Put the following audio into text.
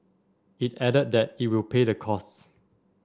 it added that it will pay the costs